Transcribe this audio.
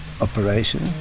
operation